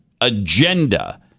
agenda